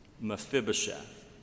Mephibosheth